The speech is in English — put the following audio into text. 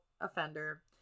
offender